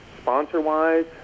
Sponsor-wise